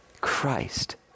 Christ